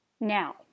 now